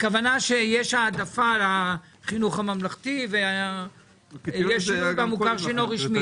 הכוונה שיש העדפה לחינוך הממלכתי ויש שינוי במוכר שאינו רשמי.